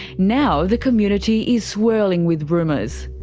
now the community is swirling with rumours.